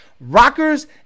rockers